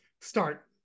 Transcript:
start